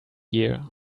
year